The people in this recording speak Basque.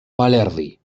balerdi